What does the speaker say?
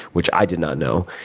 which i did not know.